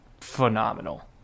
phenomenal